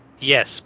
Yes